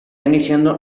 iniciado